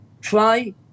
try